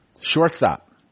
Shortstop